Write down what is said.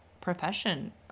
profession